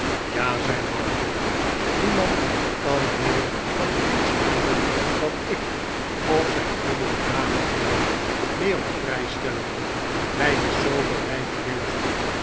ja zei martin niemand kan meer van pinch houden dan ik of zijn goede hoedanigheden meer op prijs stellen hij is zoo bereidwillig